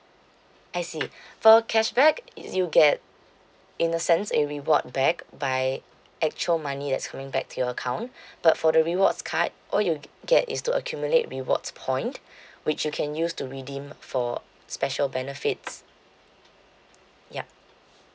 I see for cashback is you get in the sense it reward back by actual money that's going back to your account but for the rewards card all you get is to accumulate rewards point which you can use to redeem for special benefits yup